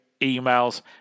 emails